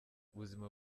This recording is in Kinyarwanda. ubuzima